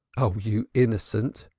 oh, you innocent!